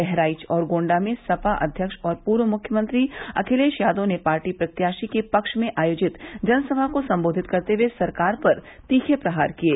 बहराइच और गोंडा में सपा अव्यक्ष और पूर्व मुख्यमंत्री अखिलेश यादव ने पार्टी प्रत्याशी के पद्व में आयोजित जनसमा को संबोधित करते हुए सरकार पर तीखे प्रहार किये